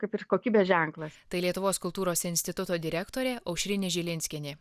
kaip ir kokybės ženklas tai lietuvos kultūros instituto direktorė aušrinė žilinskienė